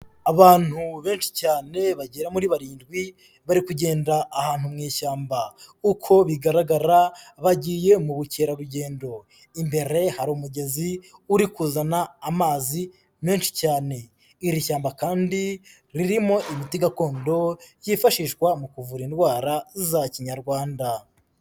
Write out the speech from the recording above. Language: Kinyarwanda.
Abantu benshi cyane bagera muri barindwi, bari kugenda ahantu mu ishyamba, uko bigaragara bagiye mu bukerarugendo, imbere hari umugezi uri kuzana amazi menshi cyane, iri shyamba kandi ririmo imiti gakondo yifashishwa mu kuvura indwara za Kinyarwanda.